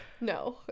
no